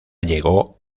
llegó